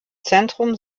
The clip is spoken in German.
zentrum